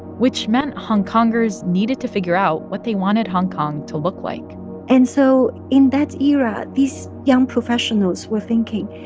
which meant hong kongers needed to figure out what they wanted hong kong to look like and so in that era, these young professionals were thinking,